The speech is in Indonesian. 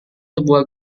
sebuah